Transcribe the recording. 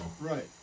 right